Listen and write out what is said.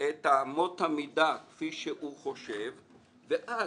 את אמות המידה כמו שהוא חושב ואז,